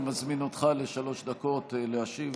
אני מזמין אותך לשלוש דקות להשיב.